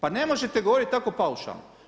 Pa ne možete govoriti tako paušalno.